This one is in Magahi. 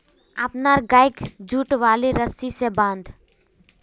अपनार गइक जुट वाले रस्सी स बांध